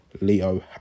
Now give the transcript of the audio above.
Leo